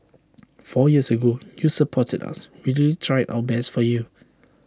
four years ago you supported us we really tried our best for you